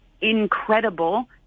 incredible